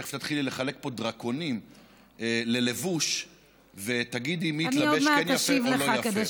תכף תתחילי לחלק פה דרקונים ללבוש ותגידי מי התלבש יפה או לא יפה.